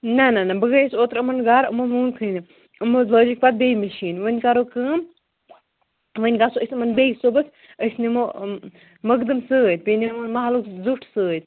نَہ نَہ نَہ بہٕ گٔیَس اوترٕ یِمَن گرٕ یِمو مونکھٕے نہٕ یِمو حظ لٲجِکھ پَتہٕ بیٚیہِ مِشیٖن وۄنۍ کرو کٲم وۄنۍ گژھو أسۍ یِمَن بیٚیہِ صُبحَس أسۍ نِمو یِم مُقدم سۭتۍ بیٚیہِ نِمون مَحلُک زیُٹھ سۭتۍ